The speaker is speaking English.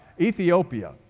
Ethiopia